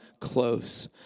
close